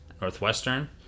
Northwestern